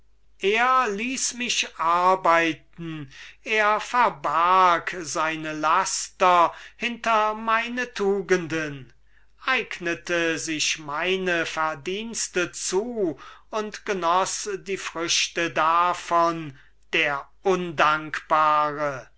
er ließ mich arbeiten er verbarg seine laster hinter meine tugenden eignete sich meine verdienste zu und genoß die früchte davon der undankbare